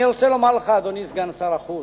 אני רוצה לומר לך, אדוני סגן שר החוץ,